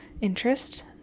interest